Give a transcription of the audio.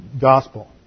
gospel